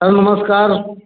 sir नमस्कार